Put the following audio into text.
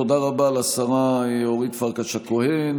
תודה רבה לשרה אורית פרקש הכהן,